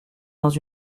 dans